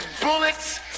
bullets